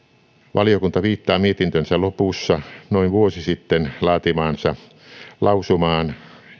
valiokunta viittaa mietintönsä lopussa noin vuosi sitten laatimaansa lausumaan